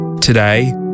today